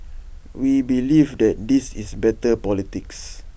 we believe that this is better politics